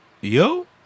Yo